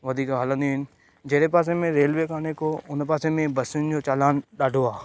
वधीक हलंदियूं आहिनि जहिड़े पासे में रेलवे कोन्हे को उन पासे में बसियुनि जो चालान ॾाढो आहे